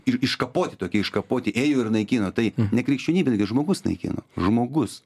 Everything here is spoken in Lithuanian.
ir iškapoti tokie iškapoti ėjo ir naikino tai ne krikščionybė gi žmogus naikino žmogus